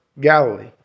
Galilee